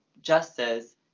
justice